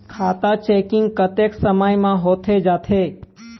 खाता चेकिंग कतेक समय म होथे जाथे?